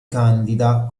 candida